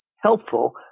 helpful